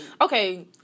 Okay